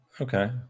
Okay